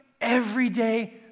everyday